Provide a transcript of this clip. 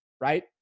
Right